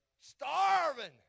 Starving